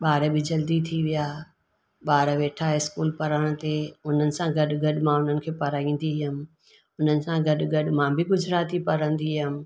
ॿार बि जल्दी थी विया ॿार वेठा स्कूल पढ़ण ते उन्हनि सां गॾु गॾु मां उन्हनि खे पढ़ाईंदी हुअमि उन्हनि सां गॾु गॾु मां बि गुजराती पढ़ंदी हुअमि